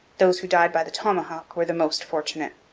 those who died by the tomahawk were the most fortunate.